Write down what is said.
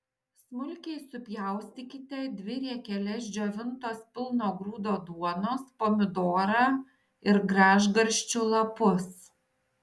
smulkiai supjaustykite dvi riekeles džiovintos pilno grūdo duonos pomidorą ir gražgarsčių lapus